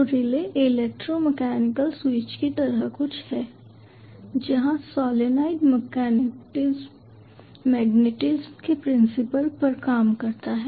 तो relay electro mechanical switch की तरह कुछ है जहां सोलनॉइड मैग्नेटिज्म के प्रिंसिपल पर काम करता है